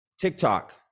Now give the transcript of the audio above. TikTok